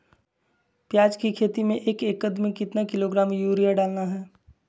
प्याज की खेती में एक एकद में कितना किलोग्राम यूरिया डालना है?